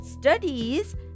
studies